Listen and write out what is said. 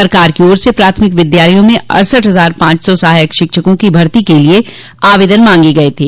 सरकार की ओर से प्राथमिक विद्यालय में अड़सठ हजार पांच सौ सहायक शिक्षकों की भर्ती के लिये आवेदन मांगे गये थे